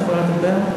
אני יכולה לדבר?